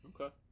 Okay